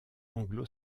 anglo